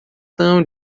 tão